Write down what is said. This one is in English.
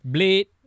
Blade